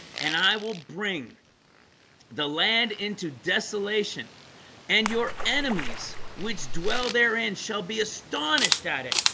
and i will bring the land into desolation and your enemies which dwell therein shall be astonished at it?